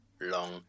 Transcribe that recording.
long